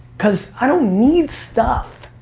cause i don't need stuff.